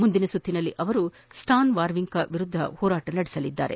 ಮುಂದಿನ ಸುತ್ತಿನಲ್ಲಿ ಅವರು ಸ್ವಾನ್ ವಾರ್ವಿಂಕ ಹೋರಾಟ ನಡೆಸಲಿದ್ದಾರೆ